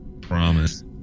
Promise